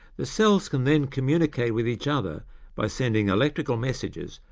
the cells can then communicate with each other by sending electrical messages,